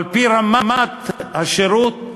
על-פי רמת השירות,